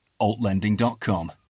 AltLending.com